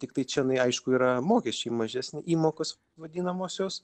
tiktai čionai aišku yra mokesčiai mažesni įmokos vadinamosios